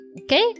okay